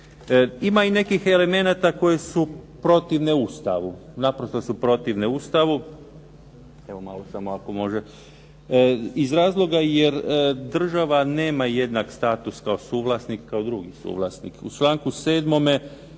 Ima i nekih elemenata koji su protivne Ustavu, naprosto su protivne Ustavu. Evo malo samo ako može. Iz razloga jer država nema jednak status kao suvlasnik, kao drugi suvlasnik. U članku 7.